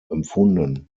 empfunden